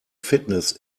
fitness